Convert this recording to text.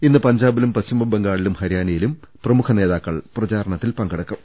ഇന്ന് പഞ്ചാ ബിലും പശ്ചിമബംഗാളിലും ഹരിയാനയിലും പ്രമുഖ നേതാക്കൾ പ്രചാരണത്തിൽ പങ്കെടുക്കും